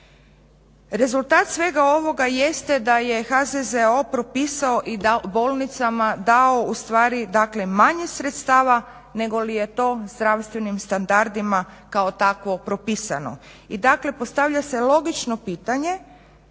Rezultat svega ovoga jeste da je HZZO propisao i bolnicama dao ustvari dakle manje sredstava negoli je to zdravstvenim standardima kao takvo propisano. I dakle, postavlja se logično pitanje